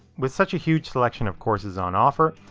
with such a huge selection of courses on offer,